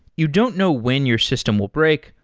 you don't know when your system will break,